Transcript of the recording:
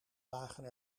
lagen